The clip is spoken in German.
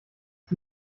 ist